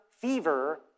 fever